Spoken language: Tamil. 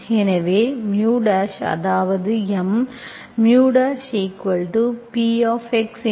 எனவே அதாவது M PxyPx μ